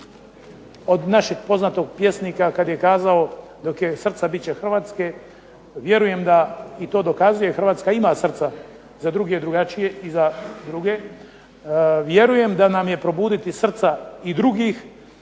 od našeg poznatog pjesnika kad je kazao dok je srca bit će Hrvatske, vjerujem da, i to dokazuje Hrvatska ima srca za druge, drugačije i za druge. Vjerujem da nam je probuditi srca i drugih